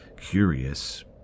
curious